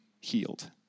healed